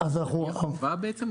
אז נעשה את המינוי חובה בעצם,